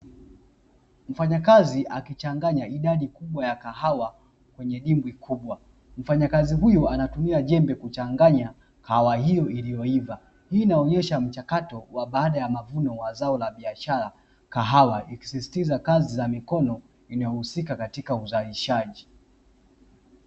Mfanyakazi akichanganya idadi kubwa ya kahawa kwenye dimbwi kubwa. Mfanyakazi huyo anatumia jembe kuchanganya kahawa hiyo iliyoiva. Hii inaonyesha mchakato wa baada ya mavuno ya zao la biashara (kahawa) ikisisitiza kazi za mikono inayohusika katika uzalishaji.